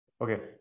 Okay